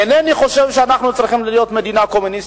אינני חושב שאנחנו צריכים להיות מדינה קומוניסטית,